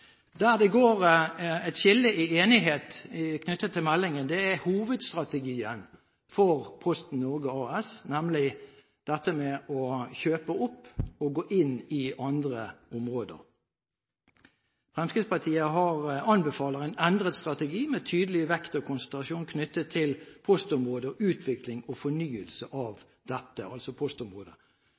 Der det går et skille i enighet knyttet til meldingen, er hovedstrategien for Posten Norge AS, nemlig dette med å kjøpe opp og gå inn i andre områder. Fremskrittspartiet anbefaler en endret strategi, med tydelig vekt og konsentrasjon knyttet til postområdet og utvikling og fornyelse av dette.